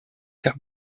qu’à